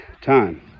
time